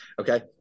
Okay